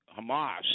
Hamas